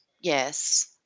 Yes